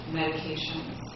medications